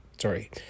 sorry